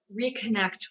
reconnect